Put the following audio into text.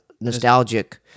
Nostalgic